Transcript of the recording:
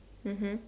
mmhmm